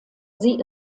sie